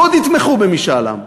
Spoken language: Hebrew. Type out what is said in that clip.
ועוד יתמכו במשאל עם.